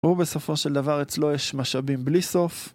ובסופו של דבר אצלו יש משאבים בלי סוף